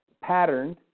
patterned